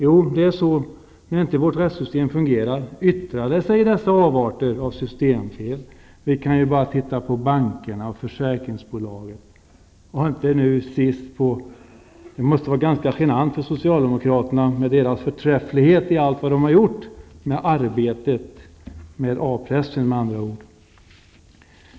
Jo, när vårt rättssystem inte fungerar yttrar det sig i dessa avarter av systemfel. Vi kan bara se på bankerna och försäkringsbolagen, och nu senast inte minst A pressen. Det måste vara ganska genant för socialdemokraterna med Arbetet, med deras förträfflighet i allt vad de har gjort.